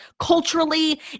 culturally